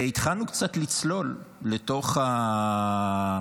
התחלנו קצת לצלול לתוך המספרים,